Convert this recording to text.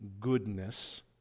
goodness